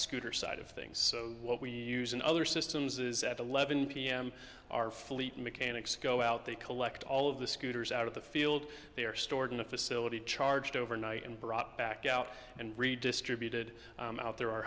scooter side of things so what we use in other systems is at eleven pm our fleet mechanics go out they collect all of the scooters out of the field they are stored in a facility charged overnight and brought back out and redistributed out there are